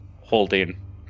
holding